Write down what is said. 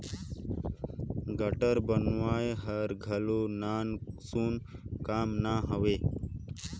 guarantor बनई हर घलो नानसुन काम ना हवे